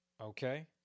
Okay